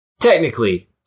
technically